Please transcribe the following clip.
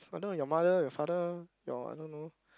or not your mother your father your I don't know